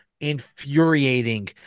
infuriating